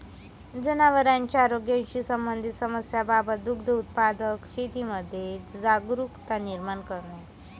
जनावरांच्या आरोग्याशी संबंधित समस्यांबाबत दुग्ध उत्पादक शेतकऱ्यांमध्ये जागरुकता निर्माण करणे